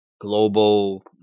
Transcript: global